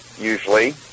usually